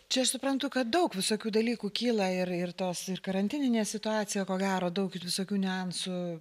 čia aš suprantu kad daug visokių dalykų kyla ir ir tos ir karantininė situacija ko gero daug ir visokių niuansų